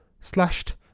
slashed